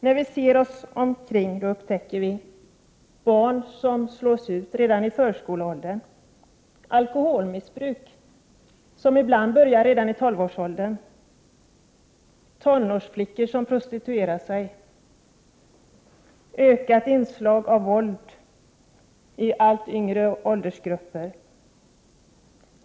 När vi ser oss omkring upptäcker vi alkoholmissbruk som ibland börjar redan i 12-årsåldern, ökat inslag av våld i allt yngre åldersgrupper.